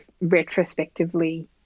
retrospectively